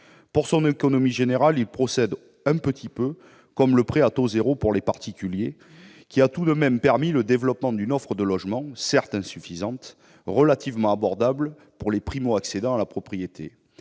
Pour son économie générale, il procède un petit peu comme le prêt à taux zéro pour les particuliers, qui a tout de même permis le développement d'une offre de logement, certes insuffisante, relativement abordable pour les primo-accédants à la propriété.